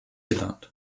irland